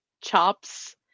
chops